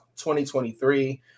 2023